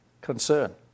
concern